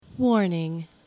Warning